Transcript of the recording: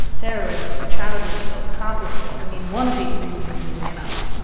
terrorism, a child was killed, a cop was killed. i mean, one of these things is usually enough.